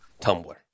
tumblr